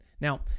Now